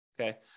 okay